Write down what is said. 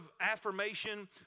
affirmation